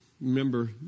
Remember